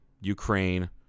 Ukraine